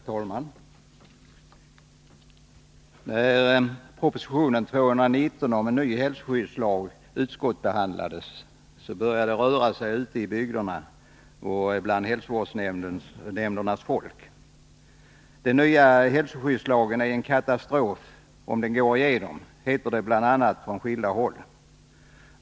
Herr talman! När proposition 219 om en ny hälsoskyddslag utskottsbehandlades började det röra sig ute i landet bland hälsovårdsnämndernas folk. Den nya hälsoskyddslagen leder till en katastrof om den går igenom, hette det bl.a. från skilda håll.